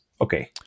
okay